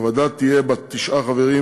הוועדה תהיה בת תשעה חברים,